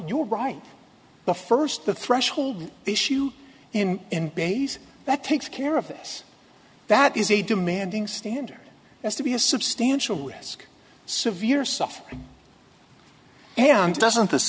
were right the first the threshold issue in an base that takes care of this that is a demanding standard has to be a substantial risk severe stuff and doesn't this